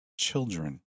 children